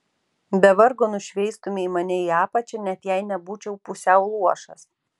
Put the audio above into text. be vargo nušveistumei mane į apačią net jei nebūčiau pusiau luošas